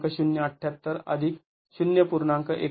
०७८ अधिक ०